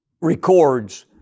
records